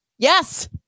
Yes